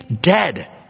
dead